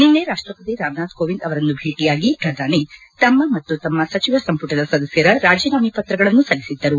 ನಿನ್ನೆ ರಾಷ್ಟಪತಿ ರಾಮನಾಥ್ ಕೋವಿಂದ್ ಅವರನ್ನು ಭೇಟಿಯಾಗಿ ಪ್ರಧಾನಿ ತಮ್ಮ ಮತ್ತು ತಮ್ಮ ಸಚಿವ ಸಂಪುಟದ ಸದಸ್ಯರ ರಾಜೀನಾಮೆ ಪತ್ರಗಳನ್ನು ಸಲ್ಲಿಸಿದ್ದರು